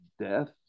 death